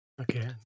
Okay